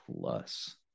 plus